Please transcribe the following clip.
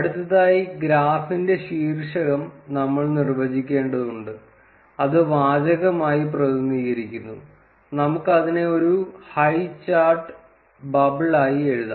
അടുത്തതായി ഗ്രാഫിന്റെ ശീർഷകം നമ്മൾ നിർവ്വചിക്കേണ്ടതുണ്ട് അത് വാചകമായി പ്രതിനിധീകരിക്കുന്നു നമുക്ക് അതിനെ ഒരു ഹൈചാർട്ട് ബബിൾ ആയി എഴുതാം